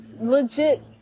legit